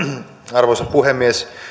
arvoisa puhemies